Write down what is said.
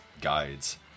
guides